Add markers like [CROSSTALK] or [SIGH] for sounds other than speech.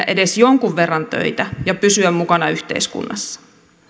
[UNINTELLIGIBLE] edes jonkin verran töitä ja pysyä mukana yhteiskunnassa